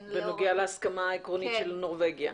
בנוגע להסכמה העקרונית של נורבגיה?